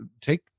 take